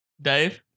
Dave